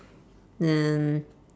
then